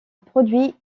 produit